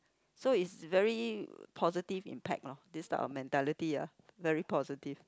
so it's very positive impact lor this type of mentality ah very positive